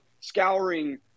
scouring